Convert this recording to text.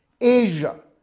Asia